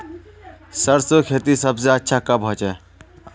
सरसों खेती सबसे अच्छा कब होचे?